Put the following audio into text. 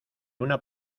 una